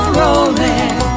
rolling